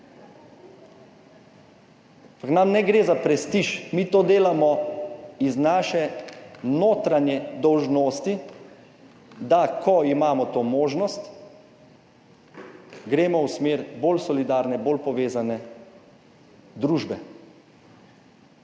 nam ne gre za prestiž, mi to delamo iz naše notranje dolžnosti, da ko imamo to možnost, gremo v smer bolj solidarne, bolj povezane družbe